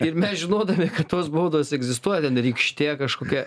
ir mes žinodami kad tos baudos egzistuoja ten rykšte kažkokia